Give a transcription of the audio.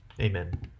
Amen